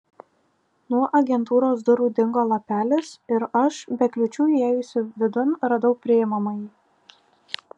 nuo agentūros durų dingo lapelis ir aš be kliūčių įėjusi vidun radau priimamąjį